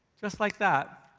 just like that,